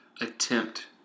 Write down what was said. attempt